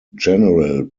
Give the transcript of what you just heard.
general